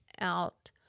out